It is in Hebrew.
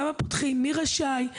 כמה פותחים ומי רשאי.